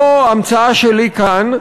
לא המצאה שלי כאן,